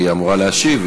היא אמורה להשיב.